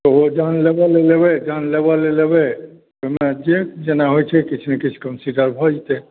तऽ ओ जहन लेबै लऽ जयबै जहन लेबै लऽ लेबै ओहिमे जे जेना होइत छै किछु ने किछु कंसीडर भऽ जेतै